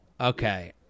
okay